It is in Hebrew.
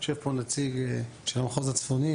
יושב פה נציג של המחוז הצפוני,